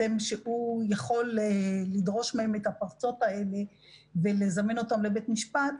שיכול לדרוש מהם את הפרטות האלה ולזמן אותם לבית משפט,